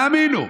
האמינו.